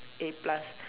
A plus